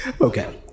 Okay